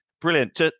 Brilliant